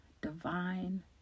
divine